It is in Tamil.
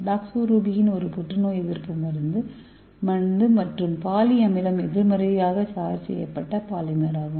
டாக்ஸோரூபிகின் ஒரு புற்றுநோய் எதிர்ப்பு மருந்து மற்றும் பாலி அமிலம் எதிர்மறையாக சார்ஜ் செய்யப்பட்ட பாலிமர் ஆகும்